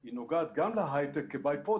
היא נוגעת גם להיי-טק כ-by product